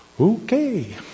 Okay